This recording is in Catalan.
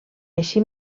així